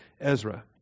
Ezra